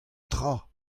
tra